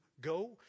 go